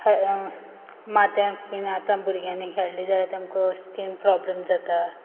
मात्यां बीन आतां भुरग्यांनी खेळ्ळ जाल्यार तेमक स्कीन प्रोब्लम जाता